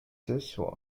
厕所